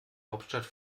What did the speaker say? hauptstadt